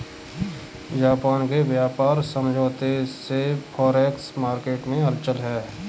Japan के व्यापार समझौते से फॉरेक्स मार्केट में हलचल है